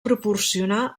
proporcionar